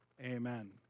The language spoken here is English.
Amen